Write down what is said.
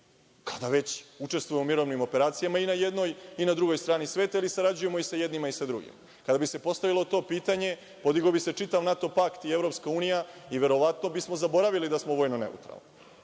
Kada već učestvujemo u mirovnim operacijama i na jednoj i na drugoj strani sveta, jer sarađujemo i sa jednima i sa drugima. Kada bi se postavilo to pitanje, podigao bi se čitav NATO Pakt i EU i verovatno bismo zaboravili da smo vojno neutarlni. Konačno,